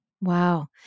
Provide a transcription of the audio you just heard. Wow